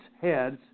heads